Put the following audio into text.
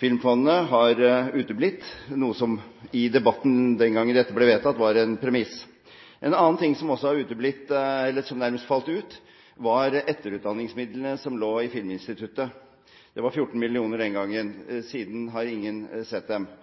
filmfondene har uteblitt, noe som i debatten den gangen dette ble vedtatt, var en premiss. En annen ting som også har uteblitt – eller nærmest falt ut – var etterutdanningsmidlene som lå i Filminstituttet. Det var 14 mill. kr den gangen, siden har ingen sett dem.